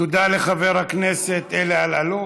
תודה לחבר הכנסת אלי אלאלוף.